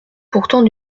pourtant